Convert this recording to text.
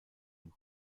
dem